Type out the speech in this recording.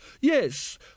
Yes